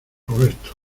roberto